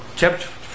chapter